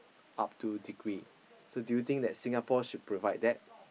up to degree so do you think that Singapore should provide that